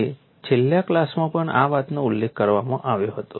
અને છેલ્લા ક્લાસમાં પણ આ વાતનો ઉલ્લેખ કરવામાં આવ્યો હતો